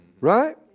right